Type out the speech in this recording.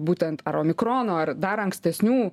būtent ar omikrono ar dar ankstesnių